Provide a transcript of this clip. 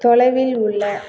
தொலைவில் உள்ள